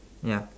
ya